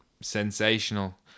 sensational